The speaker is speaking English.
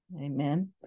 Amen